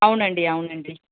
అవునండీ అవునండీ